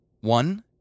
One